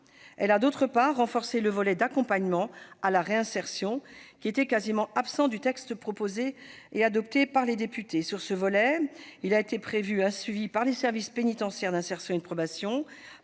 Elle a, d'autre part, renforcé le volet d'accompagnement à la réinsertion, qui était quasiment absent du texte adopté par les députés. Sur ce volet, il a été prévu un suivi par les services pénitentiaires d'insertion et de probation,